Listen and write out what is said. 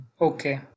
Okay